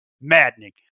Maddening